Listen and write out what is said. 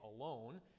alone